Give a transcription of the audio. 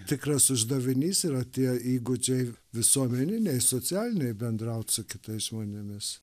tikras uždavinys yra tie įgūdžiai visuomeniniai socialiniai bendraut su kitais žmonėmis